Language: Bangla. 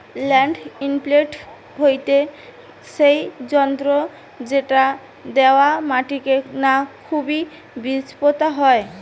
ল্যান্ড ইমপ্রিন্টের হতিছে সেই যন্ত্র যেটি দিয়া মাটিকে না খুবই বীজ পোতা হয়